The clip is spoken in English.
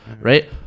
right